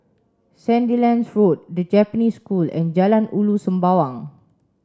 Sandilands Road The Japanese School and Jalan Ulu Sembawang